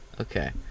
Okay